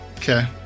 okay